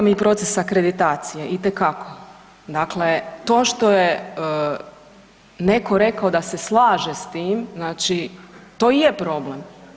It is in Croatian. Smeta mi proces akreditacije itekako, dakle to što je neko rekao da se slaže s tim znači to i je problem.